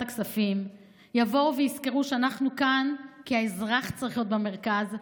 הכספים יבואו ויזכרו שאנחנו כאן כי האזרח צריך להיות במרכז,